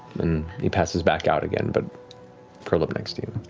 he passes back out again, but curled up next to you.